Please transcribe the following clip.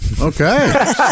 Okay